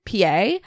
PA